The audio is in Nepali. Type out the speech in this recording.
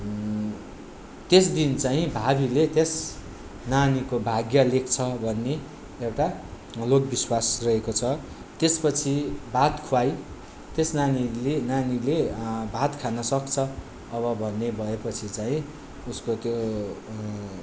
त्यस दिन चाहिँ भावीले त्यस नानीको भाग्य लेख्छ भनी एउटा लोकविश्वास रहेको छ त्यस पछि भात ख्वाइ त्यस नानीले नानीले भात खान सक्छ अब भन्ने भए पछि चाहिँ उसको त्यो